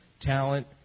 talent